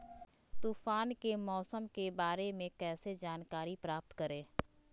तूफान के मौसम के बारे में कैसे जानकारी प्राप्त करें?